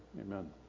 amen